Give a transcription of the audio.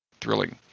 thrilling